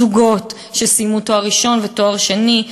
זוגות שסיימו תואר ראשון ותואר שני,